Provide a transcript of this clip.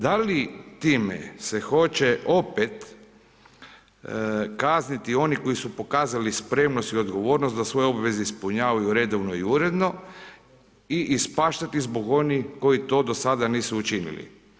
Da li time se hoće opet kazniti oni koji su pokazali spremnost i odgovornost da svoje obveze ispunjavaju redovno i uredno i ispaštati zbog onih koji to do sada nisu učinili?